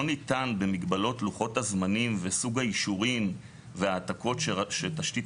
לא ניתן במגבלות לוחות הזמנים וסוג האישורים והעתקות שתשתית